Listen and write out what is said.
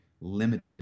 limited